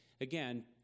again